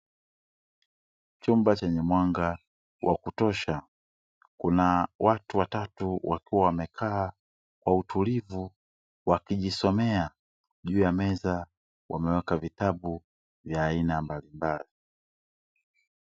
Chumba chenye mwanga wa kutosha. Kuna watu watatu, wakiwa wamekaa kwa utulivu, wakijisomea. Juu ya meza wameweka vitabu vya aina mbalimbali .